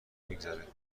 میگذره